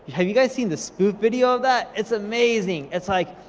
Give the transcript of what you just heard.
have you guys seen the spoof video of that? it's amazing, it's like,